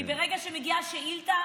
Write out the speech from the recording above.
כי ברגע שמגיעה שאילתה,